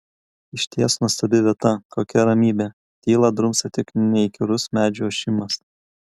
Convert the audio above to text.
išties nuostabi vieta kokia ramybė tylą drumstė tik neįkyrus medžių ošimas